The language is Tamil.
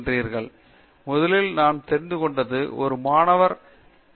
பேராசிரியர் சத்யநாராயணா என் கும்மாடி முதலில் நான் தெரிந்து கொண்டது ஒரு மாணவர் எனக்கு அனுப்பும் காகிதம்